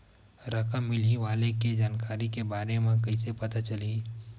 रकम मिलही वाले के जानकारी के बारे मा कइसे पता चलही?